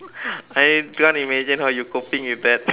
I can't imagine how you coping with that